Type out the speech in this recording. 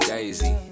Daisy